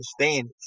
understand